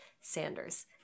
Sanders